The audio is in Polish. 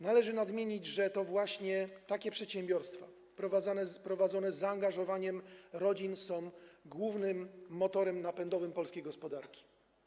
Należy nadmienić, że to właśnie takie przedsiębiorstwa prowadzone z zaangażowaniem rodzin są głównym motorem napędowym polskiej gospodarki.